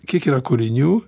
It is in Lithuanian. kiek yra kūrinių